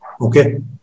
Okay